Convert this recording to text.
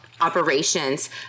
operations